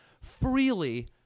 freely